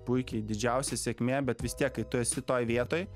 puikiai didžiausia sėkmė bet vis tiek kai tu esi toj vietoj